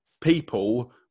people